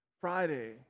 Friday